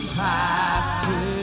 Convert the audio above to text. passes